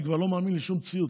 אני כבר לא מאמין לשום ציוץ.